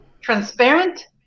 transparent